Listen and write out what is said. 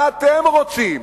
מה אתם רוצים?